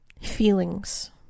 Feelings